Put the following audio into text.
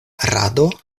rado